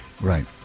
Right